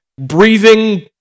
breathing